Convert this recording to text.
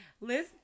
Liz